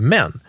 Men